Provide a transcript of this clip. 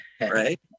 right